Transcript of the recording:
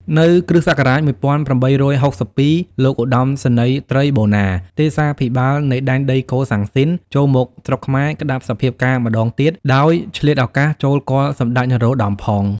នៅ គ.ស១៨៦២ លោកឧត្តមសេនីយត្រីបូណា ទេសាភិបាលនៃដែនដីកូសាំងស៊ីនចូលមកស្រុកខ្មែរក្តាប់សភាពការណ៍ម្តងទៀត ដោយឆ្លៀតឱកាសចូលគាល់សម្តេចនរោត្តម ផង។